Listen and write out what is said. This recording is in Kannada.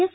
ಎಸ್